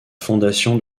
fondation